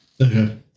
Okay